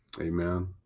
Amen